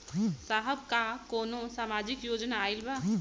साहब का कौनो सामाजिक योजना आईल बा?